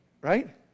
right